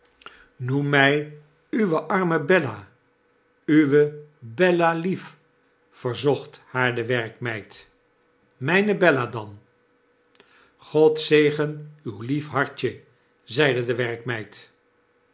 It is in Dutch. jnoem mg uwe arme bella uwe bella-lief verzocht haar de werkmeid mgne bella dan g-od zegenuw lief hartje zeide de